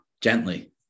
gently